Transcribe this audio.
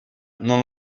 non